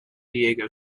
diego